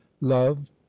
love